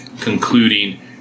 concluding